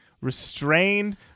restrained